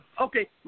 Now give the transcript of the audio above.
Okay